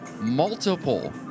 multiple